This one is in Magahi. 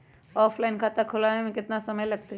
ऑफलाइन खाता खुलबाबे में केतना समय लगतई?